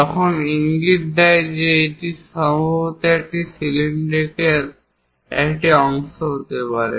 তখন ইঙ্গিত দেয় যে এটি সম্ভবত একটি সিলিন্ডারের একটি অংশ হতে পারে